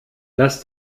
lass